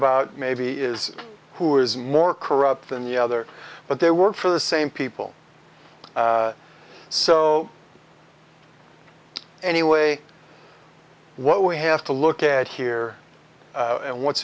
about maybe is who is more corrupt than the other but they work for the same people so anyway what we have to look at here and what's